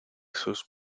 sus